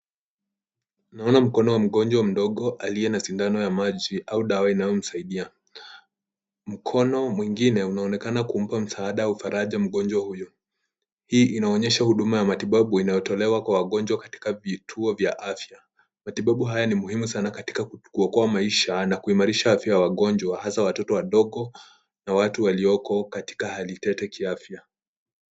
Tunaona mkono wa mtoto mdogo aliye na sindano ya maji au sawa inayomsaidia. Mkono mwingine unaonekana kumpa msaada au faraja mgonjwa huyo. Hii inaonyesha huduma ya matibabu inayotolewa kwa wagonjwa katika vituo vya afya. Matibabu haya ni muhimu sana katika kuokoa maisha na kuimarisha afya ya wagonjwa hasa watoto wadogo na watu walioko katika hali tete kiafya.